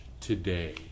today